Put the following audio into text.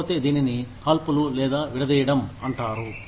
లేకపోతే దీనిని కాల్పులు లేదా విడదీయడం అంటారు